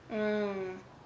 mm